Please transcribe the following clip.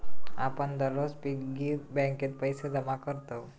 आपण दररोज पिग्गी बँकेत पैसे जमा करतव